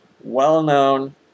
well-known